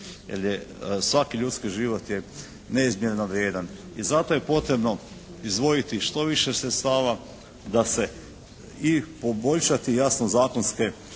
svaki ljudski život je neizmjerno vrijedan. I zato je potrebno izdvojiti što više sredstava da se i poboljšati jasno zakonske